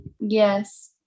Yes